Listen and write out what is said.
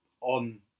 on